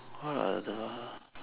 what other